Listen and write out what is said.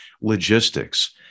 logistics